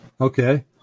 Okay